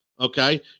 okay